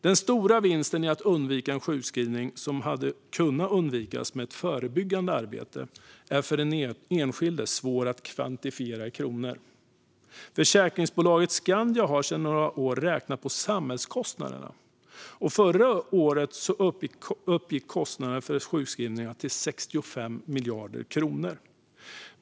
Den stora vinsten med att undvika en sjukskrivning som hade kunnat undvikas med ett förebyggande arbete är för den enskilde svår att kvantifiera i kronor. Försäkringsbolaget Skandia har sedan några år räknat på samhällskostnaderna, och förra året uppgick kostnaderna för sjukskrivningarna till 65 miljarder kronor.